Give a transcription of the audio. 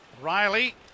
Riley